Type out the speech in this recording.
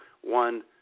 one